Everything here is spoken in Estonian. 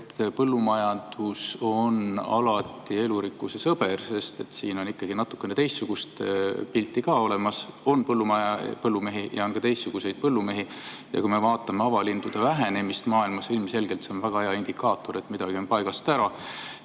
et põllumajandus on alati elurikkuse sõber, sest siin on ikkagi natukene teistsugune pilt, on ka teistsuguseid põllumehi. Ja kui me vaatame avamaalindude vähenemist maailmas, siis ilmselgelt on see väga hea indikaator, et midagi on paigast ära.